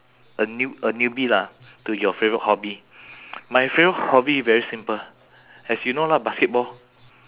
a newb~ a newbie lah to your favourite hobby my favourite hobby very simple as you know lah basketball